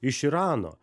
iš irano